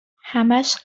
همش